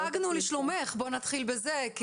א' דאגנו לשלומך, בואי נתחיל בזה.